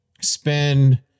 spend